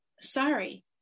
sorry